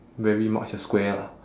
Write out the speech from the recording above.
very much a square lah